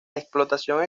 explotación